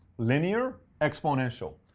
linear exponential.